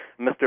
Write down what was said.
Mr